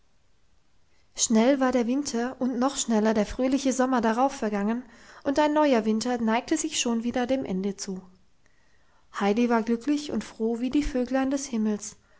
schnell war der winter und noch schneller der fröhliche sommer darauf vergangen und ein neuer winter neigte sich schon wieder dem ende zu heidi war glücklich und froh wie die vöglein des himmels